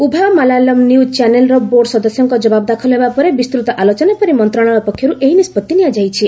ଉଭୟ ମାଲାୟଲମ୍ ନ୍ୟୁଜ୍ ଚ୍ୟାନେଲ୍ର ବୋର୍ଡ଼ ସଦସ୍ୟଙ୍କ ଜବାବ ଦାଖଲ ହେବା ପରେ ବିସ୍ତୃତ ଆଲୋଚନା ପରେ ମନ୍ତ୍ରଣାଳୟ ପକ୍ଷରୁ ଏହି ନିଷ୍କଭି ନିଆଯାଇଛି